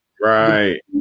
Right